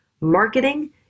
Marketing